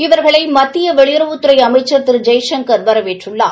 இவர்களை மத்திய வெளியுறவுத் அமைச்சர் திரு ஜெயசங்கர் வரவேற்றுள்ளார்